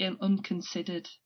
unconsidered